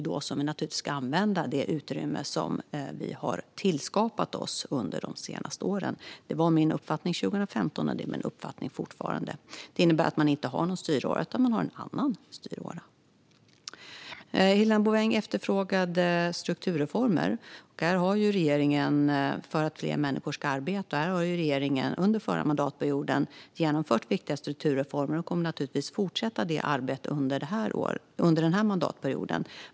Det är naturligtvis då vi ska använda det utrymme som vi har tillskapat oss under de senaste åren. Det var min uppfattning 2015, och det är fortfarande min uppfattning. Det innebär inte att man inte har en styråra utan att man har en annan styråra. Helena Bouveng efterfrågade strukturreformer för att fler människor ska arbeta. Här har regeringen under förra mandatperioden genomfört viktiga strukturreformer och kommer naturligtvis att fortsätta det arbetet under den här mandatperioden.